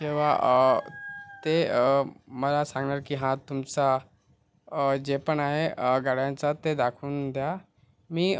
जेव्हा ते मला सांगा की हा तुमचा जे पण आहे गाड्यांचा ते दाखवून द्या मी